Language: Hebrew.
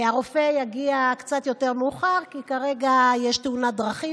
הרופא יגיע קצת יותר מאוחר כי כרגע יש תאונת דרכים,